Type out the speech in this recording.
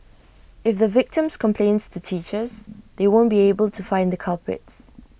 if the victims complains to teachers they won't be able to find the culprits